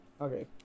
Okay